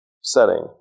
setting